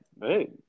Hey